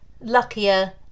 luckier